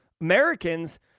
Americans